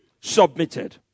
Submitted